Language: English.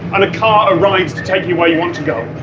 and a car arrives to take you where you want to go,